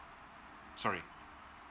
sorry